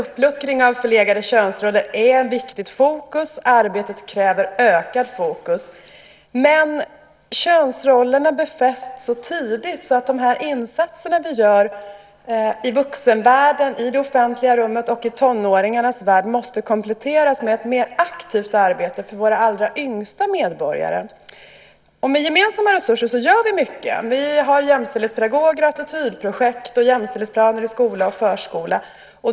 Uppluckring av förlegade könsroller är ett viktigt fokus, och arbetet kräver ökat fokus. Men könsrollerna befästs så tidigt att de insatser vi gör i vuxenvärlden i det offentliga rummet och i tonåringarnas värld måste kompletteras med ett mer aktivt arbete för våra allra yngsta medborgare. Med gemensamma resurser gör vi mycket. Vi har jämställdhetspedagoger, attitydprojekt och jämställdhetsplaner i skola och förskola.